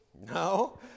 No